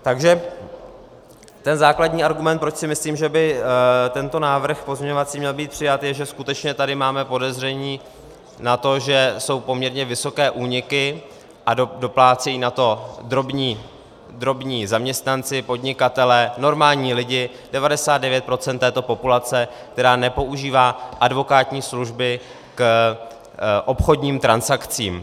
Takže ten základní argument, proč si myslím, že by tento pozměňovací návrh měl být přijat, je, že tady skutečně máme podezření na to, že jsou poměrně vysoké úniky, a doplácejí na to drobní zaměstnanci, podnikatelé, normální lidi 99 % této populace, která nepoužívá advokátní služby k obchodním transakcím.